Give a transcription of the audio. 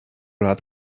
lat